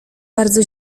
bardzo